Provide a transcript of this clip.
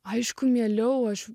aišku mieliau aš